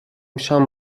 شام